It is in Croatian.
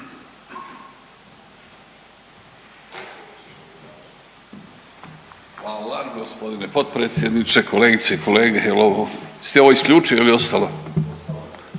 Hvala gospodine potpredsjedniče, kolegice i kolege. Jeste ovo isključili ili je ostalo? Dakle,